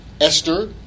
Esther